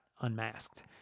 unmasked